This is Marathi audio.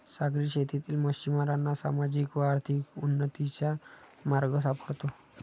सागरी शेतीतील मच्छिमारांना सामाजिक व आर्थिक उन्नतीचा मार्ग सापडतो